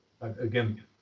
again